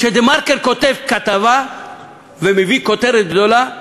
כש"דה-מרקר" כותב כתבה ומביא כותרת גדולה,